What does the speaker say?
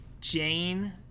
Jane